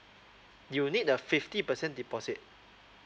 you need a fifty percent deposit